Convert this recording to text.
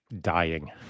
Dying